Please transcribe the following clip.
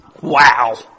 Wow